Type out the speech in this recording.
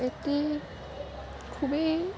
একেই খুবেই